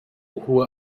hohe